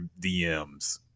DMs